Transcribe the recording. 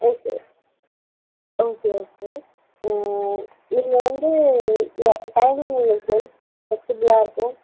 okay okay okay நீங்கள் வந்து a timing உங்களுக்கு எது ஃப்ளக்ஸிப்ளாக இருக்கும்